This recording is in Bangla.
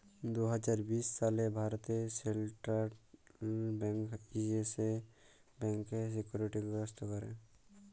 দু হাজার বিশ সালে ভারতে সেলট্রাল ব্যাংক ইয়েস ব্যাংকের সিকিউরিটি গ্রস্ত ক্যরে